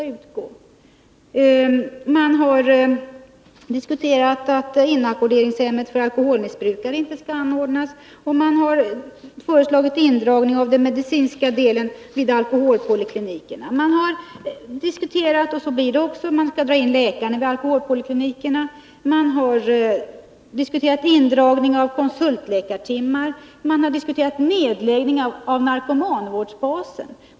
Förslaget att man inte skulle anordna inackorderingshem för alkoholmissbrukare har varit uppe till diskussion, och man har föreslagit en indragning av den medicinska delen vid alkoholpoliklinikerna. Nu är det också bestämt att läkarna vid alkoholpoliklinikerna skall dras in. Man har också lagt fram förslag om indragning av konsultläkartimmar och en nedläggning av narkomanvårdsbasen.